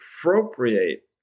appropriate